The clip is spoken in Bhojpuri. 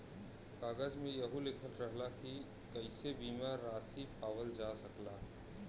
कागज में यहू लिखल रहला की कइसे बीमा रासी पावल जा सकला